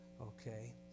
Okay